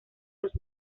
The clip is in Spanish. los